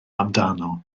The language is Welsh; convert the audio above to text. amdano